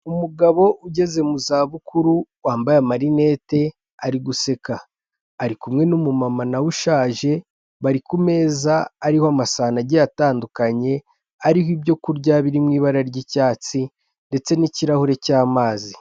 Umugabo ugeze mu za bukuru wambaye amarinete ari guseka ari kumwe n'umumama na we ushaje bari ku meza ariho amasahane agiye atandukanye, ariho ibyokurya biri mu ibara ry'icyatsi ndetse n'ikirahure cy'amazi.